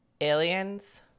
aliens